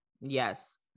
Yes